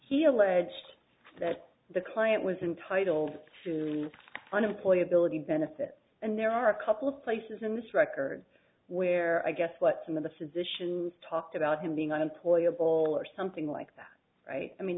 he alleged that the client was entitled to an employee ability benefit and there are a couple of places in this record where i guess what some of the physicians talked about him being an employee of all or something like that i mean